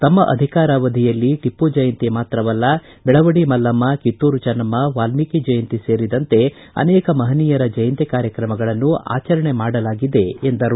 ತಮ್ಮ ಅಧಿಕಾರಾವಧಿಯಲ್ಲಿ ಟಿಪ್ಪು ಜಯಂತಿ ಮಾತ್ರವಲ್ಲ ಬೆಳವಡಿಮಲ್ಲಮ್ನ ಕಿತ್ತೂರು ಚೆನ್ನಮ್ನ ವಾಲ್ಮೀಕಿ ಜಯಂತಿ ಸೇರಿದಂತೆ ಅನೇಕ ಮಹನೀಯರ ಜಯಂತಿ ಕಾರ್ಯಕ್ರಮಗಳನ್ನು ಆಚರಣೆ ಮಾಡಲಾಗಿದೆ ಎಂದರು